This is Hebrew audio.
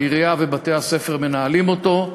שהעירייה ובתי-הספר מנהלים אותו.